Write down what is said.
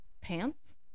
pants